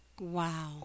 Wow